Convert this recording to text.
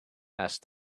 asked